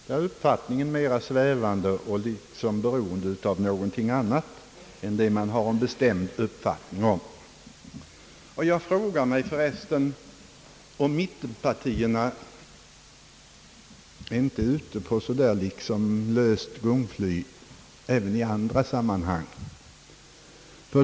Där blir uppfattningen mer svävande och liksom beroende av något annat än det man har en bestämd uppfatthing om. Jag frågar mig för resten, om mittenpartierna inte är ute på gungfly även i andra sammanhang.